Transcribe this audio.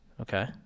Okay